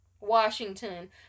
Washington